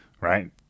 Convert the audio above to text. right